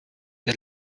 der